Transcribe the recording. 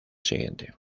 siguiente